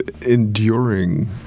Enduring